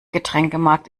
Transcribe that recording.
getränkemarkt